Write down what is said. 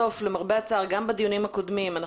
גם בדיונים הקודמים,